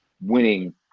winning